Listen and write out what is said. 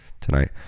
tonight